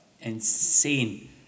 insane